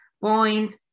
point